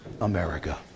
America